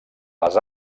les